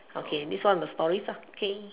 okay this one of the stories ah okay